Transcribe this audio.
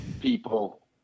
people